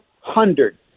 hundred